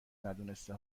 ندونسته